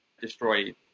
destroy